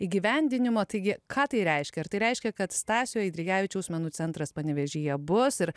įgyvendinimo taigi ką tai reiškia ar tai reiškia kad stasio eidrigevičiaus menų centras panevėžyje bus ir